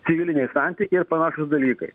civiliniai santykiai ir panašūs dalykai